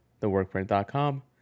theworkprint.com